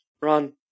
Run